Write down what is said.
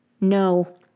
No